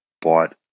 bought